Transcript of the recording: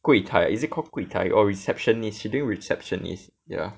柜台 is it called 柜台 oh receptionist she doing receptionists ya